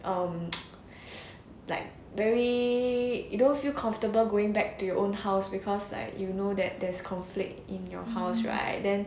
um like very you don't feel comfortable going back to your own house because like you know that there is conflict in your house right then